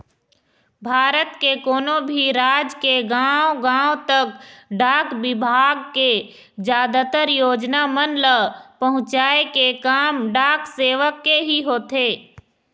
भारत के कोनो भी राज के गाँव गाँव तक डाक बिभाग के जादातर योजना मन ल पहुँचाय के काम डाक सेवक के ही होथे